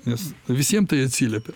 nes visiem tai atsiliepia